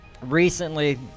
recently